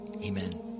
Amen